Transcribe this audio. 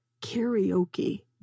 karaoke